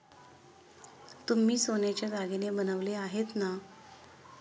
तुम्ही सोन्याचे दागिने बनवले आहेत ना?